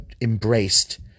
embraced